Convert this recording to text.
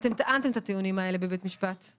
אתם טענתם את הטיעונים האלה בבית משפט.